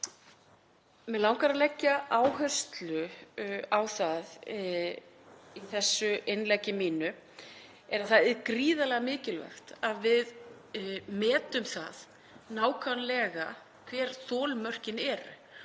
Mig langar að leggja áherslu á það í þessu innleggi mínu að það er gríðarlega mikilvægt að við metum það nákvæmlega hver þolmörkin eru